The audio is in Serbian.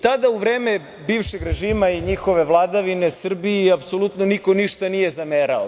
Tada u vreme bivšeg režima i njihove vladavine Srbiji apsolutno niko ništa nije zamerao.